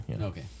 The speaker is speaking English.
Okay